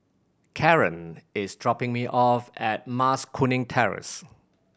Caron is dropping me off at Mas Kuning Terrace